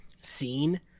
scene